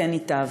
כן ייטב.